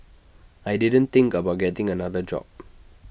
I didn't think about getting another job